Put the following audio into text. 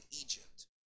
Egypt